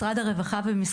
משרד הרווחה שמעו אותך.